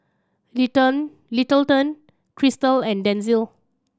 Littleton Crystal and Denzil